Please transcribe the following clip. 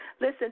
Listen